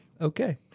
Okay